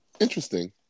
Interesting